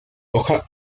hoja